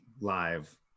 live